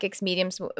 mediums